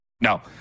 No